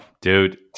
dude